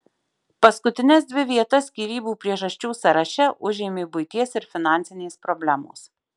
paskutines dvi vietas skyrybų priežasčių sąraše užėmė buities ir finansinės problemos